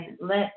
let